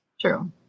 true